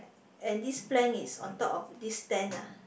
and this plank is on top of this tent ah